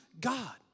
God